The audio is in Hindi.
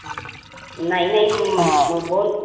नहीं नहीं मै बोल